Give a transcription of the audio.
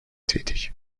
tätig